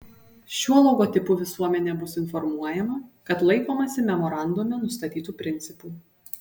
šiuo logotipu visuomenė bus informuojama kad laikomasi memorandume nustatytų principų